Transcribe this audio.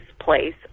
place